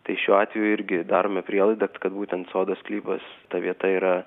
tai šiuo atveju irgi darome prielaidą kad būtent sodo sklypas ta vieta yra